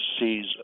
sees